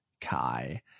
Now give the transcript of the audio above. Kai